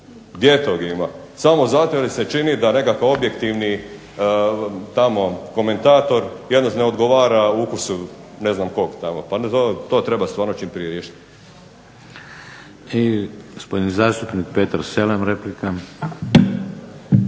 gdje tog ima, samo zato jer se čini da nekakav objektivni tamo komentar jednostavno ne odgovara ukusu ne znam kog tamo. To treba stvarno čim prije riješiti. **Šeks, Vladimir (HDZ)** I gospodin zastupnik Petar Selem, replika.